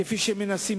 כפי שמנסים,